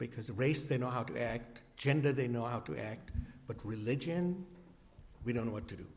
because of race they know how to act gender they know how to act but religion we don't know what to